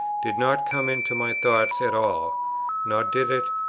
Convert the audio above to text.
did not come into my thoughts at all nor did it,